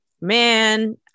Man